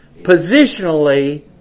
positionally